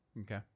Okay